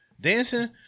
dancing